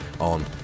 on